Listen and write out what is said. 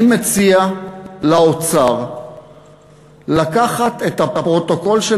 אני מציע לאוצר לקחת את הפרוטוקול של